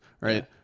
right